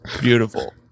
Beautiful